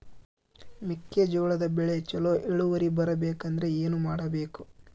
ಮೆಕ್ಕೆಜೋಳದ ಬೆಳೆ ಚೊಲೊ ಇಳುವರಿ ಬರಬೇಕಂದ್ರೆ ಏನು ಮಾಡಬೇಕು?